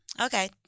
okay